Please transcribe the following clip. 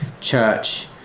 church